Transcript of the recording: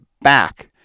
back